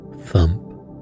thump